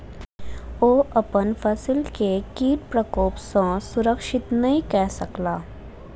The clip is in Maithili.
ओ अपन फसिल के कीट प्रकोप सॅ सुरक्षित नै कय सकला